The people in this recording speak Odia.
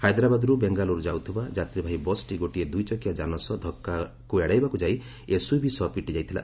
ହାଇଦ୍ରାବାଦରୁ ବେଙ୍ଗାଲୁରୁ ଯାଉଥିବା ବସ୍ଟି ଗୋଟିଏ ଦୁଇଚକିଆ ଯାନ ସହ ଧକୁାକୁ ଏଡ଼ାଇବାକୁ ଯାଇ ଏସ୍ୟଭି ସହ ପିଟି ହୋଇଥିଲା